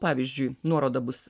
pavyzdžiui nuoroda bus